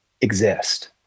exist